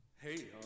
Hey